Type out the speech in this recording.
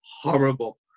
horrible